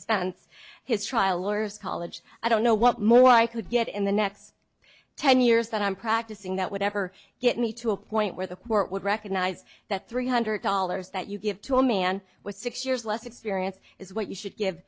spence his trial lawyers college i don't know what more i could get in the next ten years that i'm practicing that would ever get me to a point where the court would recognize that three hundred dollars that you give to a man with six years less experience is what you should give